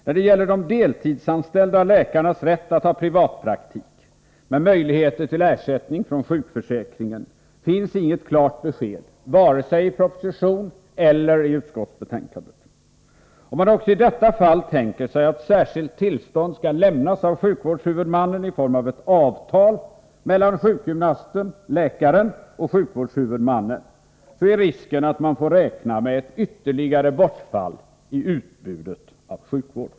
När det gäller de deltidsanställda läkarnas rätt att ha privatpraktik med möjligheter till ersättning från sjukförsäkringen finns inget klart besked vare sig i propositionen eller i utskottsbetänkandet. Om man också i detta fall tänker sig att särskilt tillstånd skall lämnas av sjukvårdshuvudmannen i form av ett avtal mellan sjukgymnasten/läkaren och sjukvårdshuvudmannen är risken att man får räkna med ett ytterligare bortfall när det gäller utbud av sjukvård.